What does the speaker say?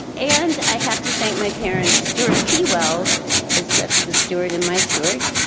and i have to thank my parents stuart p. wells as that's the stuart in my stuart,